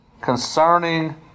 Concerning